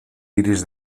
iris